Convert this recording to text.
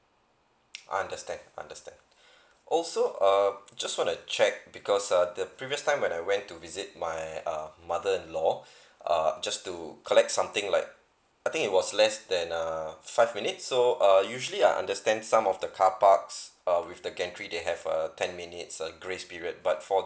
I understand understand also err just wanna check because uh the previous time when I went to visit my uh mother in law uh just to collect something like I think it was less than a five minutes so err usually I understand some of the carparks uh with the gantry they have a ten minutes uh grace period but for